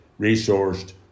resourced